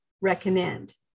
recommend